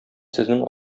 сезнең